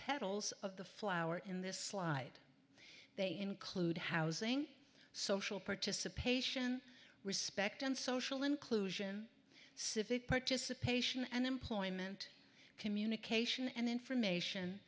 petals of the flower in this slide they include housing social participation respect and social inclusion civic participation and employment communication and information